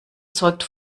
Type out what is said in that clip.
zeugt